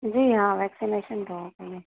جی ہاں ویکسینیشن